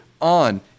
on